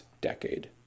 decade